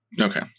okay